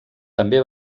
també